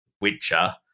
witcher